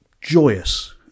joyous